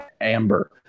Amber